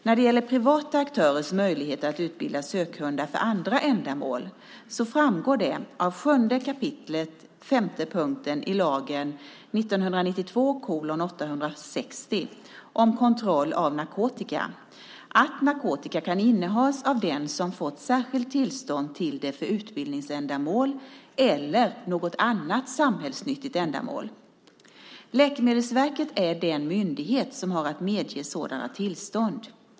När det gäller privata aktörers möjligheter att utbilda sökhundar för andra ändamål framgår det av 7 § 5 i lagen om kontroll av narkotika att narkotika kan innehas av den som fått särskilt tillstånd till det för utbildningsändamål eller något annat samhällsnyttigt ändamål. Läkemedelsverket är den myndighet som har att medge sådana tillstånd.